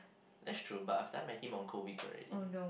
that's true but I've done my heme onco week already